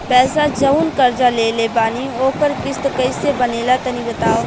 पैसा जऊन कर्जा लेले बानी ओकर किश्त कइसे बनेला तनी बताव?